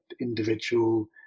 individual